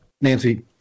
Nancy